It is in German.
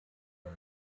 der